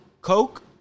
Coke